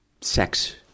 sex